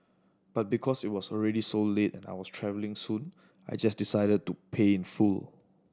but because it was already so late and I was travelling soon I just decided to pay in full